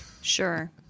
Sure